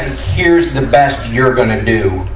here's the best you're gonna do.